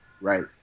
Right